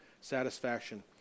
satisfaction